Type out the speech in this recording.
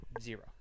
zero